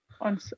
on